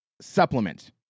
supplement